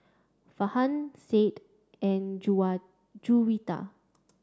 Farhan Said and Juwita